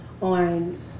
on